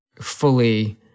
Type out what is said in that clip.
fully